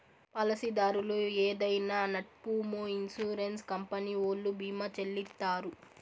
పాలసీదారు ఏదైనా నట్పూమొ ఇన్సూరెన్స్ కంపెనీ ఓల్లు భీమా చెల్లిత్తారు